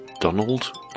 Donald